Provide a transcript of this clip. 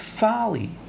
folly